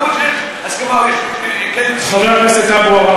חבר הכנסת אבו עראר,